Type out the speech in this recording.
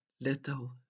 little